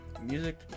music